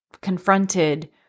confronted